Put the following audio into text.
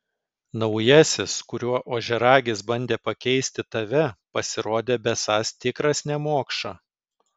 naujasis kuriuo ožiaragis bandė pakeisti tave pasirodė besąs tikras nemokša